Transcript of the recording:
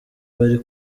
bari